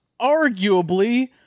arguably